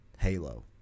halo